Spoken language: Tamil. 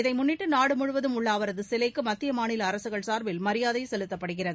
இதை முன்னிட்டு நாடு முழுவதும் உள்ள அவரது சிலைக்கு மத்திய மாநில அரசுகள் சா்பில் மரியாதை செலுத்தப்படுகிறது